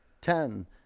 Ten